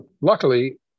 luckily